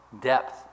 depth